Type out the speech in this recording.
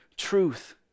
truth